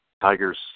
Tigers